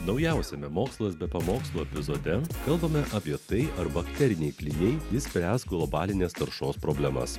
naujausiame mokslas be pamokslų epizode kalbame apie tai ar bakteriniai klijai išspręs globalinės taršos problemas